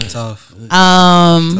Tough